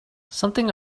something